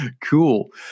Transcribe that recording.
Cool